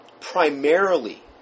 primarily